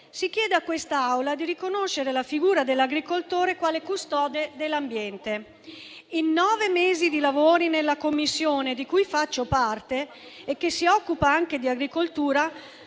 si chiede a quest'Assemblea di riconoscere la figura dell'agricoltore quale custode dell'ambiente. In nove mesi di lavori nella Commissione di cui faccio parte, che si occupa anche di agricoltura,